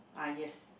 ah yes